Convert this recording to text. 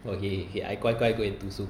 okay okay okay I 乖乖 go and 读书